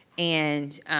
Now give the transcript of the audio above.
and.